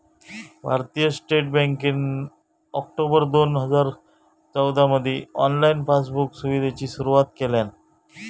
भारतीय स्टेट बँकेन ऑक्टोबर दोन हजार चौदामधी ऑनलाईन पासबुक सुविधेची सुरुवात केल्यान